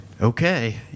Okay